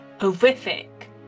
horrific